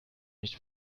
nicht